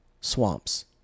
swamps